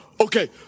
Okay